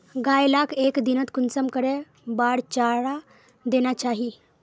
गाय लाक एक दिनोत कुंसम करे बार चारा देना चही?